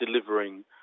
delivering